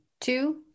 two